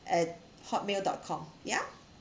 at hotmail dot com yeah